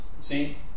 See